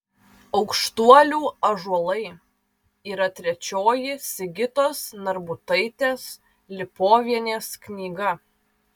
aukštuolių ąžuolai yra trečioji sigitos narbutaitės lipovienės knyga